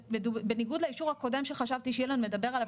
בניגוד לאישור הקודם שחשבתי שאילן מדבר עליו,